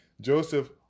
Joseph